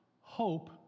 hope